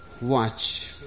Watch